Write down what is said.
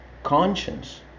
conscience